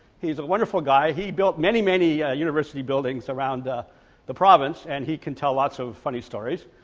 he's a wonderful guy he built many many ah university buildings around the the province and he can tell lots of funny stories.